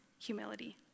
Humility